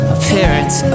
Appearance